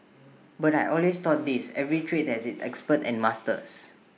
but I always thought this every trade has its experts and masters